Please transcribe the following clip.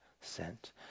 sent